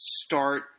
start